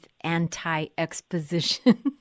anti-exposition